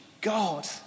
God